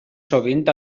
sovint